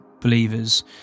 believers